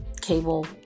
cable